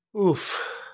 Oof